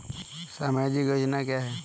सामाजिक योजना क्या है?